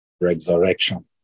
resurrection